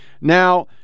Now